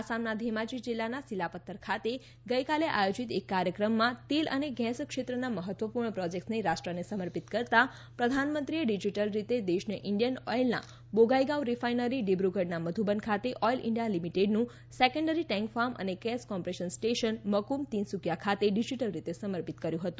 આસામના ઘેમાજી જિલ્લાના સીલાપત્થર ખાતે ગઈકાલે આયોજિત એક કાર્યક્રમમાં તેલ અને ગેસ ક્ષેત્રના મહત્વપૂર્ણ પ્રોજેક્ટ્સને રાષ્ટ્રને સમર્પિત કરતાં પ્રધાનમંત્રીએ ડિજિટલ રીતે દેશને ઇન્ડિયન ઓઇલના બોંગાઇગાંવ રિફાઇનરી ડિબ્રુગઢના મધુબન ખાતે ઓઇલ ઇન્ડિયા લિમિટેડનું સેકન્ડરી ટેન્ક ફાર્મ અને gas compressor station Makum Tinsukia ખાતે ડિજિટલ રીતે સમર્પિત કર્યું હતું